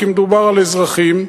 כי מדובר על אזרחים,